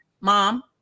mom